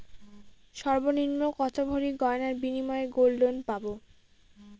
সর্বনিম্ন কত ভরি গয়নার বিনিময়ে গোল্ড লোন পাব?